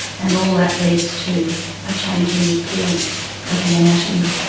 and all that leads to a change in the appearance of the anatomy.